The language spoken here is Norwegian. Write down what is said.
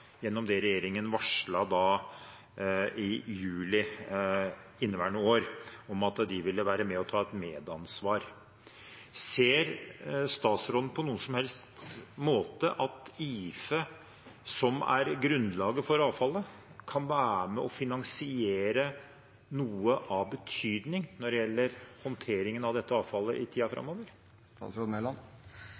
gjennom det regjeringen varslet i juli inneværende år om at de ville være med og ta et medansvar. Ser statsråden på noen som helst måte at IFE, som er grunnlaget for avfallet, kan være med på å finansiere noe av betydning når det gjelder håndteringen av dette avfallet i tiden framover?